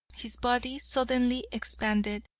his body suddenly expanded,